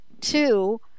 Two